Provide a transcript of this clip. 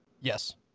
Yes